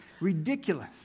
ridiculous